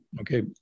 Okay